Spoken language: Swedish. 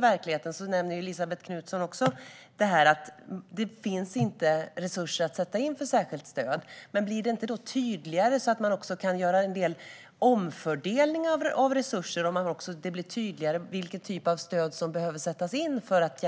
verkligheten, vilket även Elisabet Knutsson nämner, ser vi att det inte finns några resurser att sätta in för särskilt stöd. Men om det blir tydligare vilken typ av stöd som behöver sättas in för att hjälpa barnen att nå målen, blir det då inte också tydligare vilken omfördelning av resurser man kan göra?